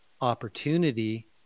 opportunity